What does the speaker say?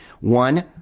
One